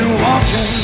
walking